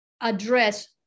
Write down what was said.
address